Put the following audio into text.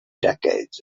decades